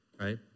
right